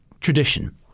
tradition